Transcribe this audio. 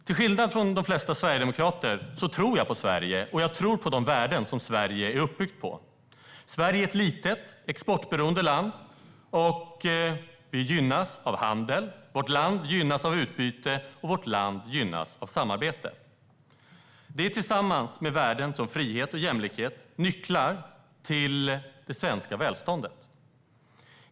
Till skillnad från de flesta sverigedemokrater tror jag på Sverige och på de värden som Sverige är uppbyggt på. Sverige är ett litet, exportberoende land som gynnas av handel. Vårt land gynnas av utbyte, och vårt land gynnas av samarbete. Detta tillsammans med värden som frihet och jämlikhet är nycklar till det svenska välståndet.